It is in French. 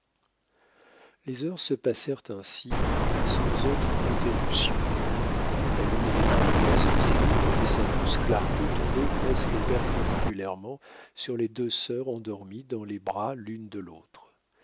les heures se passèrent ainsi sans autre interruption la lune était arrivée à son zénith et sa douce clarté tombait presque perpendiculairement sur les deux sœurs endormies dans les bras l'une de l'autre